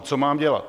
Co mám dělat?